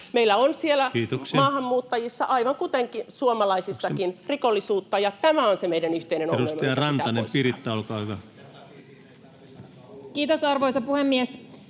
Kiitoksia!] maahanmuuttajissa, aivan kuten suomalaisissakin, rikollisuutta, ja tämä on se meidän yhteinen ongelma, joka pitää poistaa. [Speech